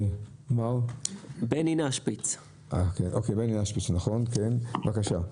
בני נשפיץ, בבקשה.